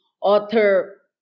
author